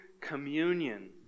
communion